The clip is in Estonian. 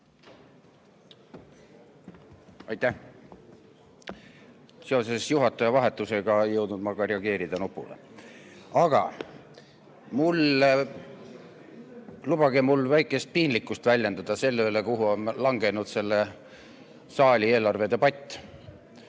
Aitäh! Seoses juhataja vahetusega ei jõudnud ma ka reageerida nupule. Aga lubage mul väikest piinlikkust väljendada selle üle, kuhu on langenud selle saali eelarvedebatt.